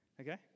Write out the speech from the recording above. Okay